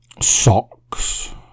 socks